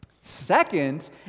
Second